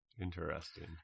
Interesting